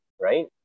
right